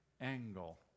angle